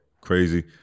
crazy